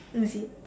is it